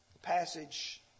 passage